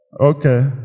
Okay